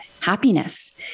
happiness